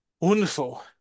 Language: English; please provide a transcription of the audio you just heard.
Wonderful